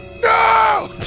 No